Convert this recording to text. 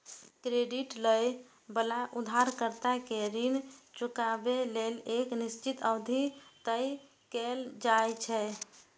credit लए बला उधारकर्ता कें ऋण चुकाबै लेल एक निश्चित अवधि तय कैल जाइ छै